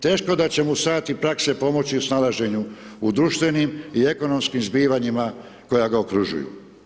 Teško da će mu sati prakse pomoći u snalaženju u društvenim i ekonomskim zbivanjima koja ga okružuju.